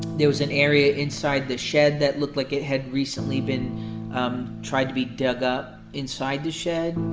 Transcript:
there was an area inside the shed that looked like it had recently been tried to be dug up inside the shed